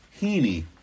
Heaney